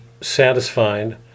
satisfied